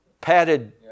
padded